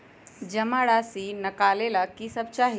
जमा राशि नकालेला कि सब चाहि?